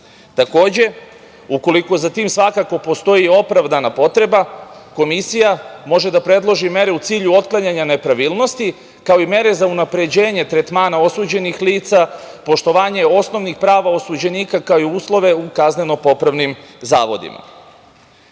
ukoliko za tim svakako postoji opravdana potreba, komisija može da predloži mere u cilju otklanjanja nepravilnosti, kao i mere za unapređenje tretmana osuđenih lica, poštovanje osnovnih prava osuđenika, kao i uslove u kazneno-popravnim zavodima. Kada